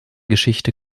geschichte